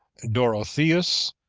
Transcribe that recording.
dorotheus,